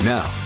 Now